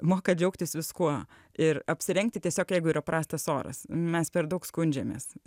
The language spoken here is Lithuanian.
moka džiaugtis viskuo ir apsirengti tiesiog jeigu yra prastas oras mes per daug skundžiamės